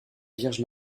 vierge